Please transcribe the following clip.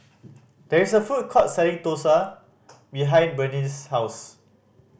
there is a food court selling dosa behind Berneice's house